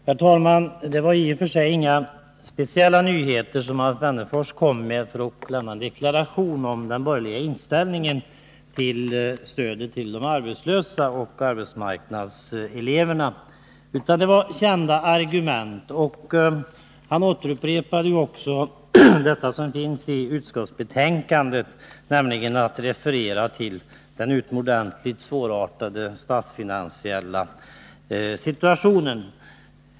Herr talman! Det var i och för sig inga speciella nyheter som Alf Wennerfors kom med, trots deklarationen om den borgerliga inställningen till stödet åt de arbetslösa och eleverna i arbetsmarknadsutbildning. Det var kända argument, och han upprepade ju det som står i utskottsbetänkandet, när han refererade till den utomordentligt svårartade statsfinansiella situationen.